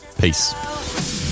Peace